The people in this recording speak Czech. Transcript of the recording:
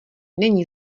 není